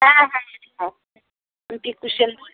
হ্যাঁ হ্যাঁ হ্যাঁ